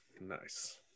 nice